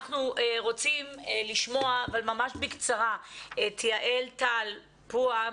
אנחנו רוצים לשמוע אבל ממש בקצרה את יעל טל פואה,